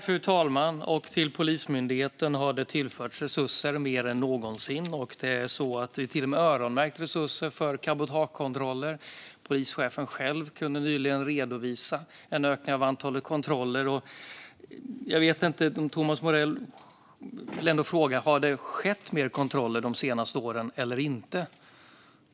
Fru talman! Polismyndigheten har tillförts mer resurser än någonsin. Det är till och med så att vi har öronmärkt resurser för cabotagekontroller, och polischefen själv kunde nyligen redovisa en ökning av antalet kontroller. Jag vill därför fråga Thomas Morell: Har det skett fler kontroller de senaste åren eller inte?